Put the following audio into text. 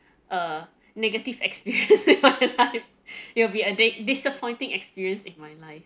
a negative experience in my life it will be a dead disappointing experience in my life